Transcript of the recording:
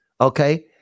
Okay